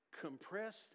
compressed